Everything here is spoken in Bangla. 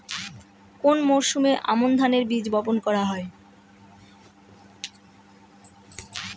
কোন মরশুমে আমন ধানের বীজ বপন করা হয়?